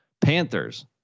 Panthers